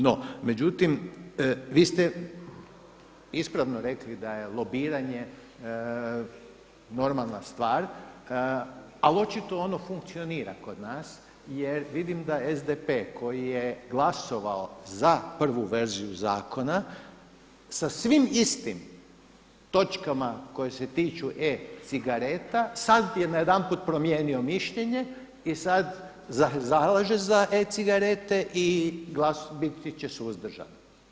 No međutim vi ste ispravno rekli da je lobiranje normalna stvar, ali očito ono funkcionira kod nas jer vidim da SDP koji je glasovao za prvu verziju zakona sa svim istim točkama koje se tiču e-cigareta sad je najedanput promijenio mišljenje i sad zalaže za e-cigarete i biti će suzdržan.